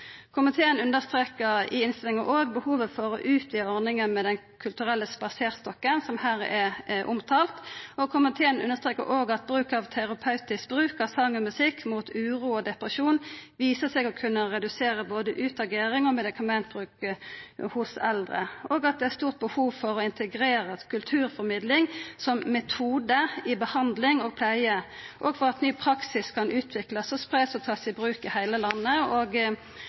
Komiteen understreka i innstillinga òg behovet for å utvida ordninga med Den kulturelle spaserstokken, som er omtalt her. Komiteen understreka òg at «terapeutisk bruk av sang og musikk mot uro og depresjon ved demens viser seg å kunne redusere både utagering og medikamentbruk hos eldre», og at det «er stort behov for å integrere kulturformidling som metode i behandling og pleie, og for at ny praksis kan utvikles, spres og tas i bruk i hele landet». Komiteen støtta det nasjonale kompetansesenteret innan kultur, helse og